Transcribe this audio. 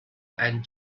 and